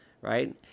right